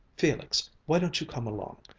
felix why don't you come along?